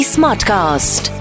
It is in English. Smartcast